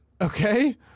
okay